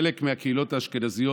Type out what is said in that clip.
חלק מהקהילות האשכנזיות,